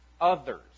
others